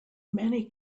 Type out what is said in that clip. many